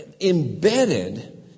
Embedded